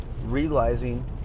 realizing